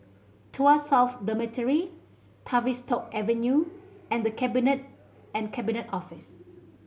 Tuas South Dormitory Tavistock Avenue and The Cabinet and Cabinet Office